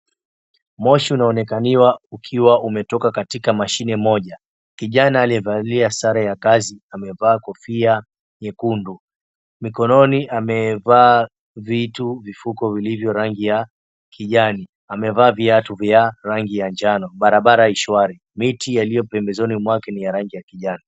Moshi umeonekaniwa ukiwa umetoka katika mashine moja, kijana aliyevalia sare ya kazi amevaa kofia nyekundu. Mikononi amevaa vitu vifuko vilivyo rangi ya kijani, amevaa viatu vya rangi ya njano, barabara ishwari, miti iliyopembezoni mwake ni ya rangi ya kijani.